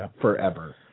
forever